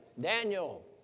Daniel